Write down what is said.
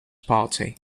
party